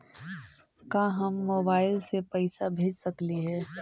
का हम मोबाईल से पैसा भेज सकली हे?